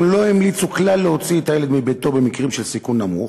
הם לא המליצו כלל להוציא את הילד מביתו במקרים של סיכון נמוך.